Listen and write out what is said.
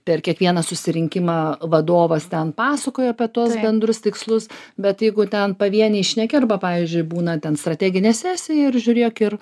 per kiekvieną susirinkimą vadovas ten pasakoja apie tuos bendrus tikslus bet jeigu ten pavieniai šneki arba pavyzdžiui būna ten strateginė sesija ir žiūrėk ir